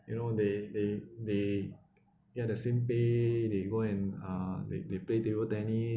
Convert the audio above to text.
you know they they they get the same pay they go and uh they they play table tennis